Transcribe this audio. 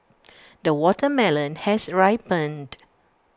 the watermelon has ripened